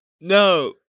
No